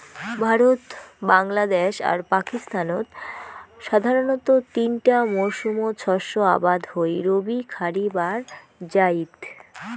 ভারত, বাংলাদ্যাশ আর পাকিস্তানত সাধারণতঃ তিনটা মরসুমত শস্য আবাদ হই রবি, খারিফ আর জাইদ